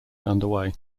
underway